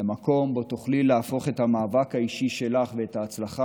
למקום שבו תוכלי להפוך את המאבק האישי שלך ואת ההצלחה